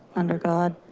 under god,